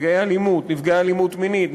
נפגעי אלימות מינית,